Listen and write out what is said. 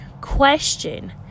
question